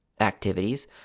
activities